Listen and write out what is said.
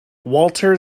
walter